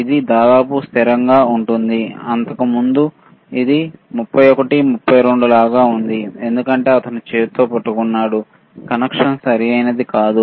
ఇది దాదాపు స్థిరంగా ఉంటుంది అంతకుముందు ఇది 31 32 లాగా ఉంది ఎందుకంటే అతను చేతితో పట్టుకున్నాడు కనెక్షన్ సరైనది కాదు